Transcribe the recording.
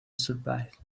survive